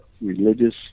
religious